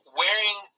wearing